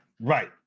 right